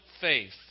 faith